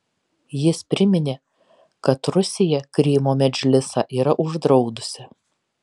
jis priminė kad rusija krymo medžlisą yra uždraudusi